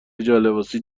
جالباسی